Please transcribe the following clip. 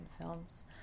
films